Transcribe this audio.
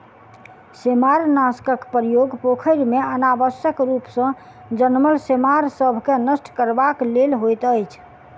सेमारनाशकक प्रयोग पोखैर मे अनावश्यक रूप सॅ जनमल सेमार सभ के नष्ट करबाक लेल होइत अछि